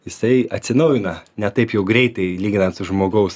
jisai atsinaujina ne taip jau greitai lyginant su žmogaus